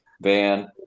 Van